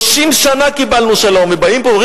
30 שנה קיבלנו שלום ובאים פה ואומרים